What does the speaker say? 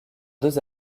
deux